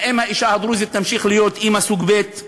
האם האישה הדרוזית תמשיך להיות אימא סוג ב'?